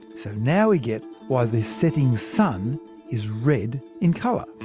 so now we get why the setting sun is red in colour.